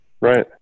Right